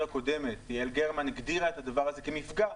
הקודמת יעל גרמן הגדירה את הדבר הזה כמפגע,